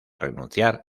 renunciar